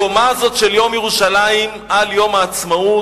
הקומה הזאת של יום ירושלים על יום העצמאות